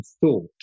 thought